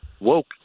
woke